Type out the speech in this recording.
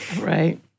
Right